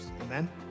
Amen